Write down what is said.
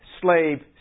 slave